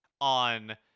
on